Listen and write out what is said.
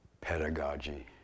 pedagogy